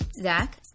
Zach